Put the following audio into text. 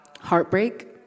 Heartbreak